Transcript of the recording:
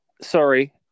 sorry